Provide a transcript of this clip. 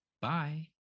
Bye